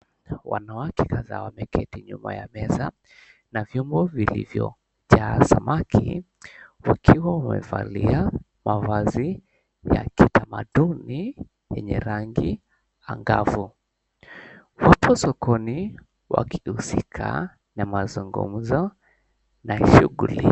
Wanawake kadhaa wameketi juu ya meza na vyombo vilivyao jaa samaki wakiwa wamevalia mavazi ya kitamaduni ya kiwa rangi ya angavu wapo sokoni wanahusika na mazungumzo na shughuli.